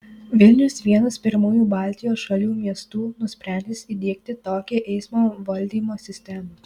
vilnius vienas pirmųjų baltijos šalių miestų nusprendęs įdiegti tokią eismo valdymo sistemą